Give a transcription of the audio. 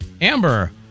Amber